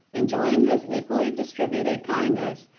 enjoying his equally distributed kind ness,